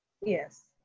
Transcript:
yes